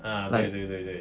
ah 对对对对